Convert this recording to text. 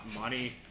Money